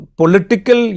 political